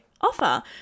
offer